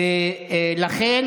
ולכן